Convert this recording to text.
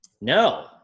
No